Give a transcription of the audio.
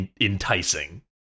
enticing